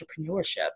entrepreneurship